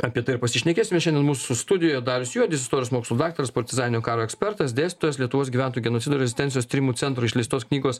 apie tai ir pasišnekėsime šiandien mūsų studijoje darius juodis istorijos mokslų daktaras partizaninio karo ekspertas dėstytojas lietuvos gyventojų genocidoir rezistencijos tyrimų centro išleistos knygos